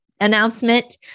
announcement